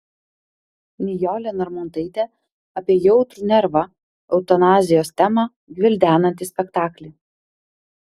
nijolė narmontaitė apie jautrų nervą eutanazijos temą gvildenantį spektaklį